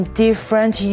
different